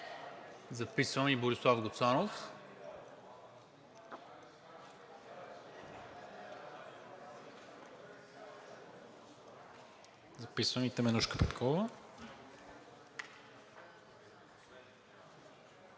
Записвам Борислав Гуцанов, записвам и Теменужка Петкова.